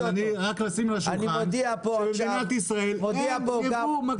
אבל רק לשים על השולחן שבמדינת אין ייבוא מקביל.